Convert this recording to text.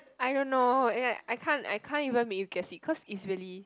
I don't know ya I can't I can't even make you guess it cause it's really